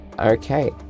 Okay